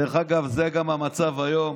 דרך אגב, זה גם המצב היום.